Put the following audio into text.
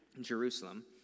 Jerusalem